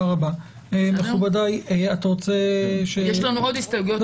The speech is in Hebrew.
יש לנו עוד הסתייגויות אחרי כן.